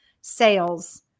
sales